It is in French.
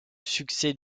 succès